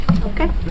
Okay